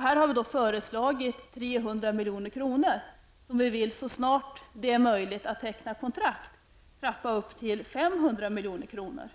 Här har vi föreslagit 300 milj.kr. som vi så snart det är möjligt att teckna kontrakt vill trappa upp till 500 milj.kr.